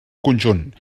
conjunt